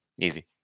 Easy